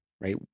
right